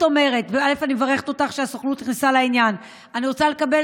אני מברכת אותך שהסוכנות נכנסה לעניין ואני רוצה לקבל